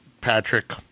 Patrick